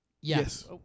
Yes